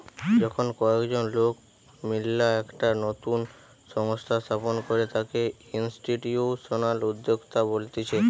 যখন কয়েকজন লোক মিললা একটা নতুন সংস্থা স্থাপন করে তাকে ইনস্টিটিউশনাল উদ্যোক্তা বলতিছে